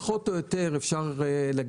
פחות או יותר אפשר להגיד,